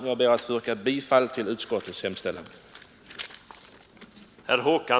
Jag ber att få yrka bifall till utskottets hemställan.